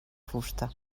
fusta